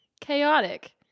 chaotic